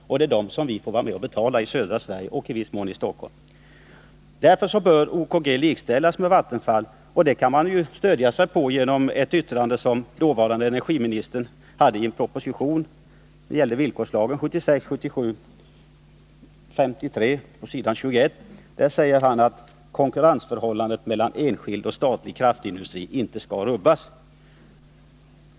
Det är detta som vi i södra Sverige och i viss mån även Stockholm får vara med och betala. Därför bör OKG likställas med Vattenfall. Man kan därvid stödja sig på ett yttrande som dåvarande energiministern avgav i propositionen 1976/77:53 som gällde villkorslagen. Där säger han på s. 21 att konkurrensförhållandet mellan enskild och statlig kraftindustri inte skall rubbas.